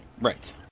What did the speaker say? Right